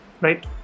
right